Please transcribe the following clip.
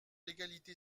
l’égalité